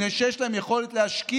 מפני שיש להם יכולת להשקיע,